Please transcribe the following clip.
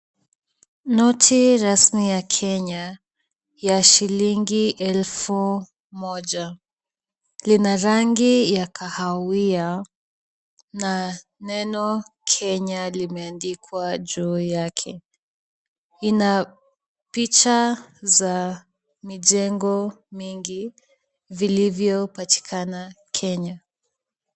Noti rasmi ya Kenya ya shilingi elfu moja. Lina rangi ya kahawia, na neno Kenya limeandikwa juu yake. Ina picha za mijengo mingi vilivyopatikana Kenya.